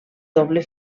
doble